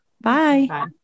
Bye